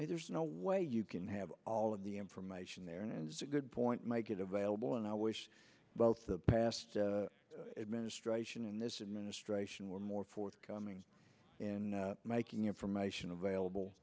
and there's no way you can have all of the information there and it's a good point to make it available and i wish both the past administration and this distraction were more forthcoming in making information available